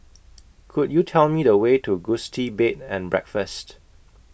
Could YOU Tell Me The Way to Gusti Bed and Breakfast